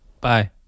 Bye